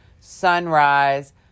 sunrise